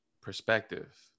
perspective